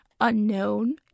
unknown